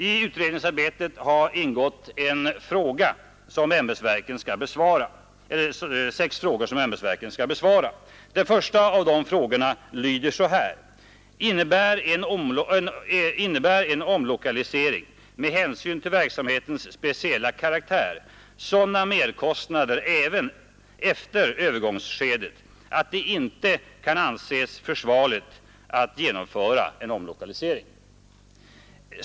I utredningsarbetet har ingått sex frågor, som ämbetsverken skall besvara. Den första av dem lyder så här: Innebär en omlokalisering med hänsyn till verksamhetens speciella karaktär sådana merkostnader även efter övergångsskedet, att det inte kan anses försvarligt att genomföra en omlokalisering?